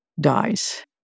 dies